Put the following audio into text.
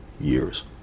years